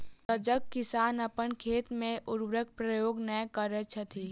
सजग किसान अपन खेत मे उर्वरकक प्रयोग नै करैत छथि